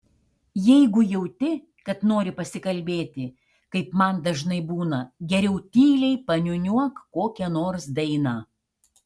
jeigu jauti kad nori pasikalbėti kaip man dažnai būna geriau tyliai paniūniuok kokią nors dainą